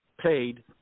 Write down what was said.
paid